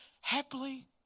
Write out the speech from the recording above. happily